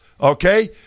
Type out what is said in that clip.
okay